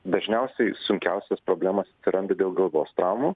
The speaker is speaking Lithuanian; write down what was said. dažniausiai sunkiausios problemos atsiranda dėl galvos traumų